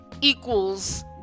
equals